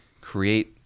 create